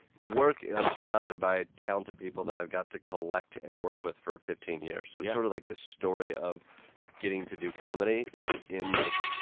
work and i'm surrounded by talented people that i've got to collect and work with for fifteen years yeah so it's sort of like the story of getting to do comedy is in, like,